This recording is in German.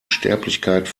sterblichkeit